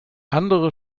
andere